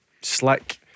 slick